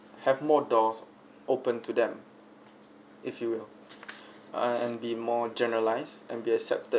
have more doors open to them if you will uh and be more generalise and be accepted